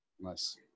Nice